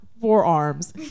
forearms